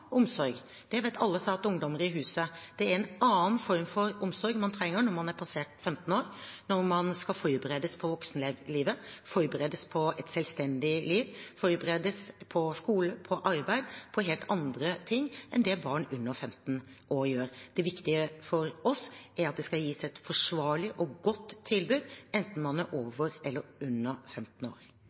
omsorg. Det vet alle som har hatt ungdommer i huset. Det er en annen form for omsorg man trenger når man har passert 15 år – når man skal forberedes på voksenlivet, forberedes på et selvstendig liv, forberedes på skole, arbeid og helt andre ting enn det barn under 15 år gjør. Det viktige for oss er at det skal gis et forsvarlig og godt tilbud, enten man er over eller under 15 år.